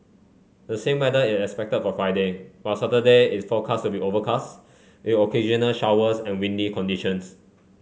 the same weather is expected for Friday while Saturday is forecast to be overcast with occasional showers and windy conditions